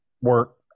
work